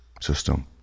system